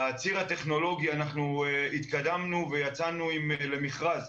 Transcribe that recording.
בציר הטכנולוגי התקדמנו ויצאנו למכרז.